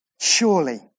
Surely